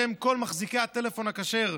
בשם כל מחזיקי הטלפון הכשר,